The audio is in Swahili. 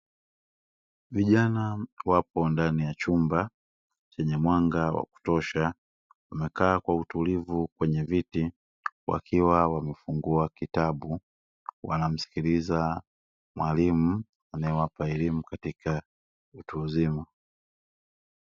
Vijana wapo ndani ya chumba chenye mwanga wa kutosha wamekaa kwa utulivu kwenye viti, wakiwa wanafungua kitabu wanamsikiliza mwalimu anayewapa elimu katika utu uzima.